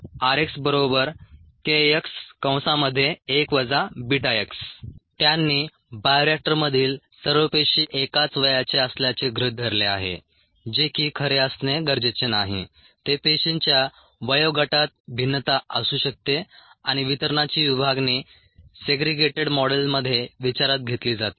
rxkx1 βx त्यांनी बायोरिएक्टरमधील सर्व पेशी एकाच वयाच्या असल्याचे गृहीत धरले आहे जे की खरे असणे गरजेचे नाही ते पेशींच्या वयोगटात भिन्नता असू शकते आणि वितरणाची विभागणी सेग्रिगेटेड मॉडेलमध्ये विचारात घेतली जाते